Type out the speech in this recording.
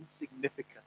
insignificant